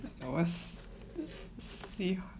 I was